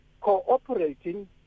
cooperating